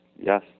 yes